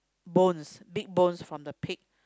bones big bones from the pig